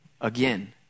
again